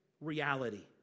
reality